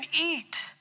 eat